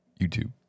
YouTube